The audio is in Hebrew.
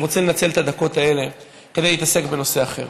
אני רוצה לנצל את הדקות האלה כדי להתעסק בנושא אחר.